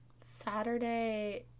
Saturday